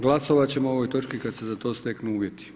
Glasovat ćemo o ovoj točki kada se za to steknu uvjeti.